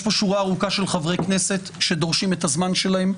יש פה שורה ארוכה של חברי כנסת שדורשים את הזמן שלהם,